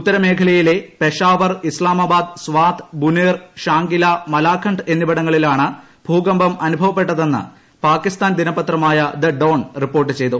ഉത്തരമേഖലയിലെ പെഷവാർ ഇസ്താമാബാദ് സ്വാത് ബുനേർ ഷാംഗില മലാക്കണ്ട് എന്നിവിടങ്ങളിലാണ് ഭൂകമ്പം അനുഭവപ്പെട്ടതെന്ന് പാക്കിസ്ഥാൻ ദിനപത്രമായ ദ ഡോൺ റിപ്പോർട്ട് ചെയ്തു